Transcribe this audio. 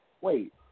wait